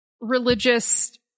religious